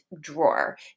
drawer